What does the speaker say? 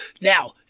Now